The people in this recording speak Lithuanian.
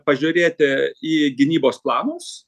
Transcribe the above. pažiūrėti į gynybos planus